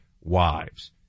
wives